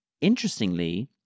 Interestingly